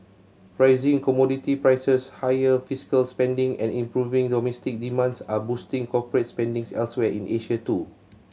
rising commodity prices higher fiscal spending and improving domestic demand are boosting corporate spending elsewhere in Asia too